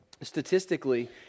statistically